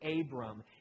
Abram